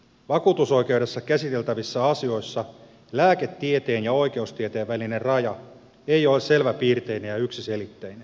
vakuutusoikeudessa käsiteltävissä asioissa lääketieteen ja oikeustieteen välinen raja ei ole selväpiirteinen ja yksiselitteinen